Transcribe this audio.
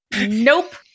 nope